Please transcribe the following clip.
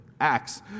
Acts